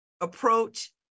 approach